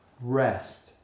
rest